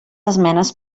esmenes